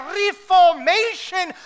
reformation